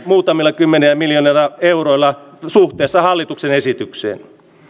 muutamilla kymmenillä miljoonilla euroilla suhteessa hallituksen esitykseen